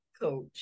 coach